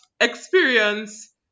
experience